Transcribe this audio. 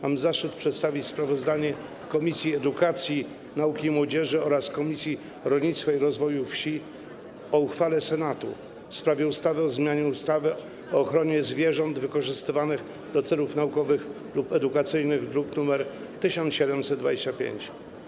Mam zaszczyt przedstawić sprawozdanie Komisji Edukacji, Nauki i Młodzieży oraz Komisji Rolnictwa i Rozwoju Wsi o uchwale Senatu w sprawie ustawy o zmianie ustawy o ochronie zwierząt wykorzystywanych do celów naukowych lub edukacyjnych, druk nr 1725.